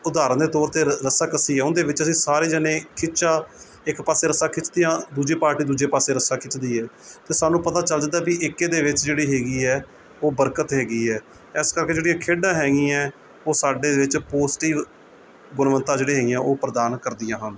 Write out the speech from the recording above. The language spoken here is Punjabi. ਉਦਾਹਰਨ ਦੇ ਤੌਰ 'ਤੇ ਰ ਰੱਸਾ ਕੱਸੀ ਹੈ ਉਹਦੇ ਵਿੱਚ ਅਸੀਂ ਸਾਰੇ ਜਣੇ ਖਿਚਾਅ ਇੱਕ ਪਾਸੇ ਰੱਸਾ ਖਿੱਚਦੀਆਂ ਦੂਜੀ ਪਾਰਟੀ ਦੂਜੇ ਪਾਸੇ ਰੱਸਾ ਖਿੱਚਦੀ ਹੈ ਅਤੇ ਸਾਨੂੰ ਪਤਾ ਚੱਲ ਜਾਂਦਾ ਵੀ ਏਕੇ ਦੇ ਵਿੱਚ ਜਿਹੜੀ ਹੈਗੀ ਹੈ ਉਹ ਬਰਕਤ ਹੈਗੀ ਹੈ ਇਸ ਕਰਕੇ ਜਿਹੜੀਆਂ ਖੇਡਾਂ ਹੈਗੀਆਂ ਉਹ ਸਾਡੇ ਵਿੱਚ ਪੋਜ਼ਟਿਵ ਗੁਣਵੱਤਾ ਜਿਹੜੀ ਹੈਗੀਆਂ ਉਹ ਪ੍ਰਦਾਨ ਕਰਦੀਆਂ ਹਨ